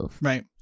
Right